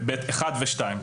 ב-(ב)(1) ו-(2).